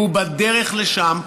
והוא בדרך לשם,